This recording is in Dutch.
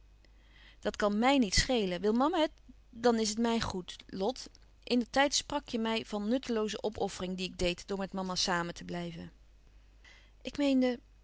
dàt kan mij niet schelen wil mama het dan is het mij goed lot indertijd sprak je mij van nuttelooze opoffering die ik deed door met mama samen te blijven ik meende